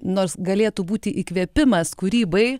nors galėtų būti įkvėpimas kūrybai